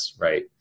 right